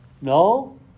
No